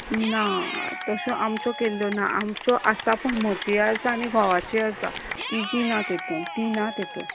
ना तश्यो आमच्यो केल्यो ना सो आसा पूण म्हजी आसा आनी घोवाची आसा तिजी ना तेतून ती ना तेतून